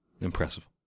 impressive